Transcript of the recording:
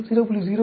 நீங்கள் 0